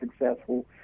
successful